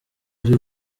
ari